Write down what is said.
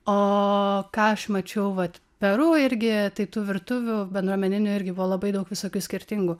o ką aš mačiau vat peru irgi tai tų virtuvių bendruomeninių irgi buvo labai daug visokių skirtingų